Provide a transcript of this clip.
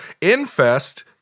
Infest